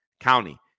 county